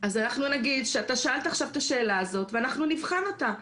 אז אנחנו נגיד שאתה שאלת עכשיו את השאלה הזאת ואנחנו נבחן אותה.